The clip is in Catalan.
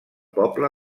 poble